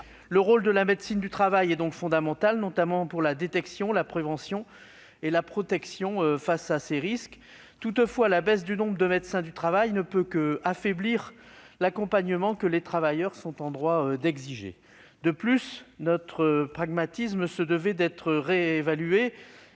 Le rôle de la médecine du travail est donc fondamental, notamment pour la détection, la prévention et la protection face à ces risques. Toutefois, la baisse du nombre de médecins du travail ne peut qu'affaiblir l'accompagnement que les travailleurs sont en droit d'exiger. De plus, notre paradigme se devait d'être réévalué,